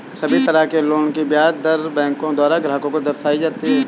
सभी तरह के लोन की ब्याज दर बैंकों के द्वारा ग्राहक को दर्शाई जाती हैं